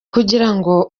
kugirango